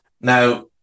Now